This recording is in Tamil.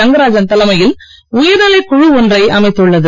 ரங்கராஜன் தலைமையில் உயர்நிலை குழு ஒன்றை அமைத்துள்ளது